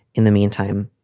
in the meantime,